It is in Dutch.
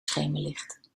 schemerlicht